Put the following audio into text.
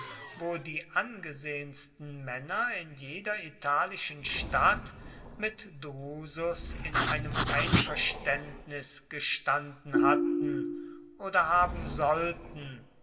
wo die angesehensten männer in jeder italischen stadt mit drusus in einem einverständnis gestanden hatten oder haben sollten